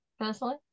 Personally